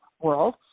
world